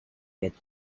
get